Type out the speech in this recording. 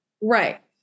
right